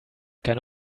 keine